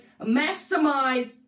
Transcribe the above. maximize